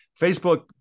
Facebook